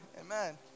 Amen